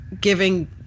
giving